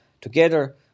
together